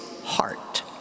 heart